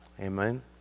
Amen